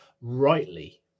rightly